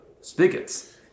spigots